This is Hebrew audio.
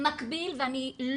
ואני,